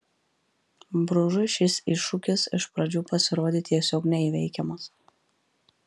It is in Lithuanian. bružui šis iššūkis iš pradžių pasirodė tiesiog neįveikiamas